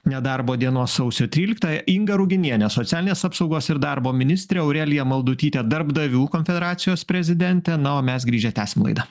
nedarbo dienos sausio tryliktąją inga ruginienė socialinės apsaugos ir darbo ministrė aurelija maldutytė darbdavių konfederacijos prezidentė na o mes grįžę tęsim laidą